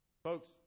Folks